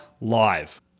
live